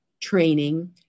training